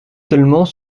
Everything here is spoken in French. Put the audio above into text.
seulement